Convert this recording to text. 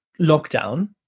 lockdown